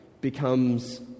becomes